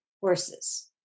horses